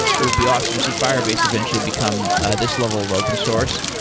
it'd be awesome to see firebase eventually become this level of open source.